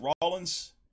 Rollins